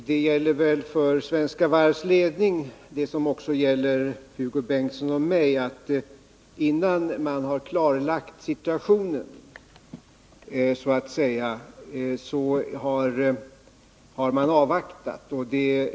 Herr talman! För Svenska Varvs ledning gäller väl detsamma som har gällt för Hugo Bengtsson och mig, nämligen att man har velat avvakta innan man så att säga har klarlagt situationen.